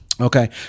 Okay